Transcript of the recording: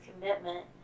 commitment